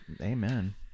Amen